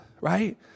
right